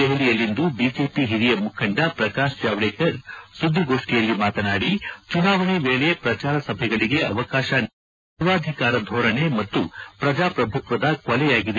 ದೆಹಲಿಯಲ್ಲಿಂದು ಬಿಜೆಪಿ ಹಿರಿಯ ಮುಖಂಡ ಪ್ರಕಾಶ ಜಾವಡೇಕರ್ ಸುದ್ದಿಗೋಷ್ಷಿಯಲ್ಲಿ ಮಾತನಾಡಿ ಚುನಾವಣೆ ವೇಳೆ ಪ್ರಚಾರ ಸಭೆಗಳಿಗೆ ಅವಕಾಶ ನೀಡಿದಿರುವುದು ಸರ್ವಾಧಿಕಾರ ಧೋರಣೆ ಮತ್ತು ಪ್ರಚಾಪ್ರಭುತ್ವದ ಕೊಲೆಯಾಗಿದೆ ಎಂದು ಹೇಳಿದ್ಗಾರೆ